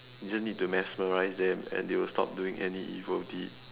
you just need to mesmerize them and they will stop doing any evil deed